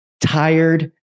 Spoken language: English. tired